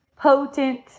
potent